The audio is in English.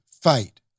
fight